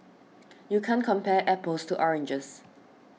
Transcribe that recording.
you can't compare apples to oranges